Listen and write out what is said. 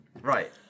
Right